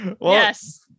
Yes